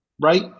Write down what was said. right